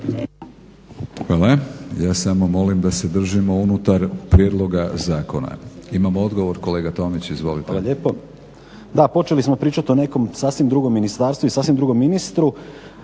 Hvala. Ja samo molim da se držimo unutar prijedloga zakona. Imamo odgovor. Kolega Tomić, izvolite. **Tomić, Damir (SDP)** Hvala lijepo. Da, počeli smo pričati o nekom sasvim drugom ministarstvu i sasvim drugom ministru,